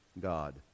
God